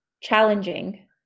challenging